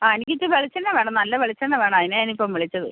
ആ എനിക്കിത് വെളിച്ചെണ്ണ വേണം നല്ല വെളിച്ചെണ്ണ വേണം അതിനാണ് ഞാനിപ്പം വിളിച്ചത്